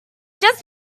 just